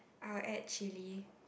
I'll add chilli